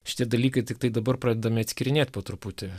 šitie dalykai tiktai dabar pradedami atskyrinėt po truputį